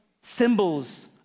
symbols